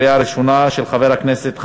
עברה בקריאה ראשונה ותחזור לוועדת העבודה,